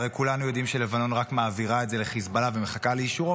והרי כולנו יודעים שלבנון רק מעבירה את זה לחיזבאללה ומחכה לאישורו,